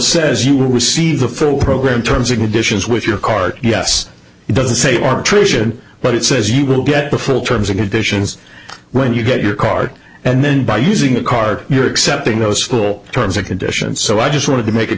says you will see the film program terms and conditions with your card yes it doesn't say or tradition but it says you will get the full terms and conditions when you get your card and then by using a card you're accepting no school terms or conditions so i just wanted to make it